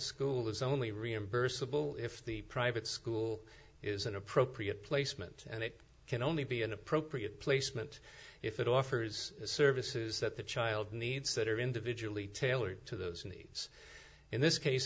school is only reimbursable if the private school is an appropriate placement and it can only be an appropriate placement if it offers services that the child needs that are individually tailored to those needs in this case